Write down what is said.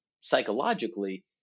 psychologically